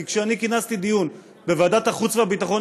כי כשאני כינסתי דיון בוועדת החוץ והביטחון